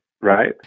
right